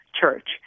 Church